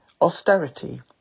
austerity